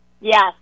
Yes